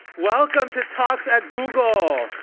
welcome to talks at google. oh